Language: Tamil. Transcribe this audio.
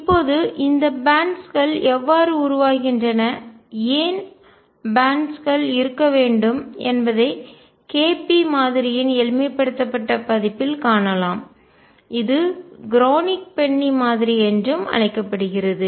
இப்போது அந்த பேன்ட்ஸ் பட்டைகள் எவ்வாறு உருவாகின்றன ஏன் பேன்ட்ஸ் பட்டைகள் இருக்க வேண்டும் என்பதை KP மாதிரியின் எளிமைப்படுத்தப்பட்ட பதிப்பில் காணலாம் இது க்ரோனிக் பென்னி மாதிரி என்றும் அழைக்கப்படுகிறது